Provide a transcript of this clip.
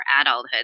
adulthood